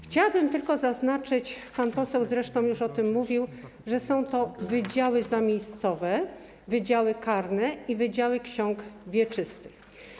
Chciałabym tylko zaznaczyć - pan poseł zresztą już o tym mówił - że są to wydziały zamiejscowe, wydziały karne i wydziały ksiąg wieczystych.